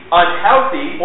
unhealthy